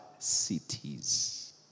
Cities